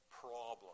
problem